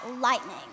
lightning